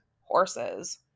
horses